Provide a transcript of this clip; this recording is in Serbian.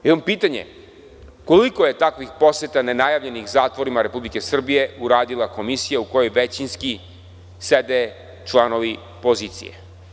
Imam pitanje – koliko je takvih poseta nenajavljenih zatvorima Republike Srbije uradila Komisija u kojoj većinski sede članovi pozicije?